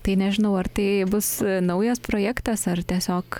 tai nežinau ar tai bus naujas projektas ar tiesiog